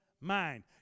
mind